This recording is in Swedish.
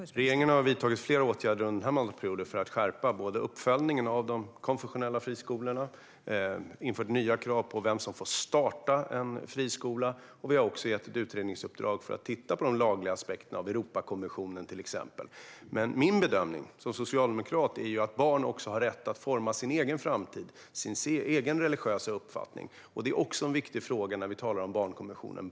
Fru talman! Regeringen har vidtagit flera åtgärder under den här mandatperioden för att skärpa uppföljningen av de konfessionella friskolorna. Vi har infört nya krav för vem som ska få starta en friskola. Och vi har gett ett utredningsuppdrag för att titta på de lagliga aspekterna, till exempel när det gäller Europakonventionen. Min bedömning, som socialdemokrat, är att barn också har rätt att forma sin egen framtid och sin egen religiösa uppfattning. Barnens rätt att utvecklas är också en viktig fråga när vi talar om barnkonventionen.